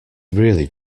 really